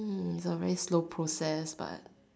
hmm it's a very slow process but